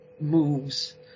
moves